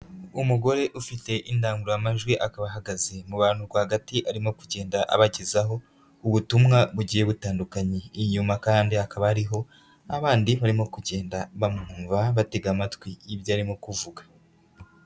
Umugore ufite indangururamajwi akaba ahagaze mu bantu rwagati arimo kugenda abagezaho ubutumwa bugiye butandukanye, inyuma kandi hakaba hariho abandi barimo kugenda bamwumva batega amatwi ibyo arimo kuvuga.